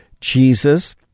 Jesus